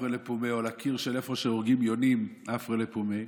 עפרא לפומיה,